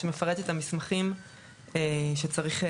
שמפרט את המסמכים שחייבים,